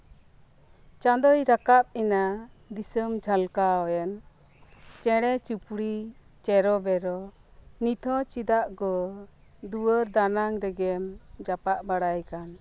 ᱪᱟᱸᱫᱚᱭ ᱨᱟᱠᱟᱵ ᱮᱱᱟ ᱫᱤᱥᱚᱢ ᱡᱷᱟᱞᱠᱟᱣᱮᱱ ᱪᱮᱸᱬᱮ ᱪᱩᱯᱲᱤ ᱪᱮᱨᱚᱵᱮᱨᱮ ᱱᱤᱛ ᱦᱚᱸ ᱪᱮᱫᱟᱜ ᱜᱚ ᱫᱩᱣᱟᱹᱨ ᱫᱟᱱᱟᱝ ᱨᱮᱜᱮᱢ ᱡᱟᱯᱟᱜ ᱵᱟᱲᱟᱭ ᱠᱟᱱ